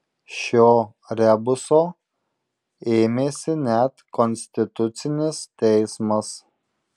šio rebuso ėmėsi net konstitucinis teismas